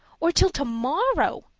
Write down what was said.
or till tomorrow?